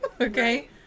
okay